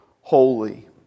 holy